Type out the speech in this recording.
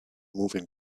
moving